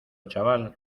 chaval